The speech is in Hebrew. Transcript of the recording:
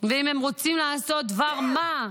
ואם הם רוצים לעשות דבר מה,